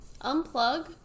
Unplug